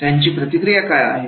त्यांची प्रतिक्रिया काय आहे